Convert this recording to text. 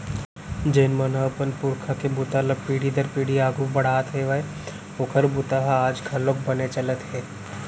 जेन मन ह अपन पूरखा के बूता ल पीढ़ी दर पीढ़ी आघू बड़हात हेवय ओखर बूता ह आज घलोक बने चलत हे